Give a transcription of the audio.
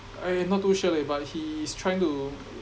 I not too sure leh but he's trying to